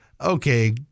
okay